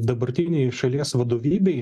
dabartinei šalies vadovybei